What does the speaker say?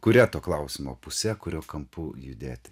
kuria to klausimo puse kuriuo kampu judėti